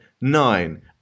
nine